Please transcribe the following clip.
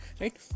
right